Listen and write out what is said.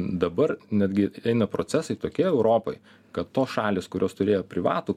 dabar netgi eina procesai tokie europoj kad tos šalys kurios turėjo privatų